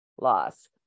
loss